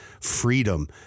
freedom